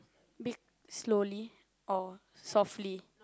b~ slowly or softly